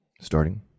Starting